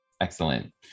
Excellent